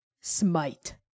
SMITE